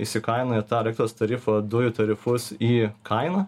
įsikainoja tą elektros tarifą dujų tarifus į kainą